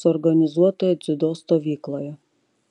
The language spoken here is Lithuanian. suorganizuotoje dziudo stovykloje